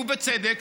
ובצדק,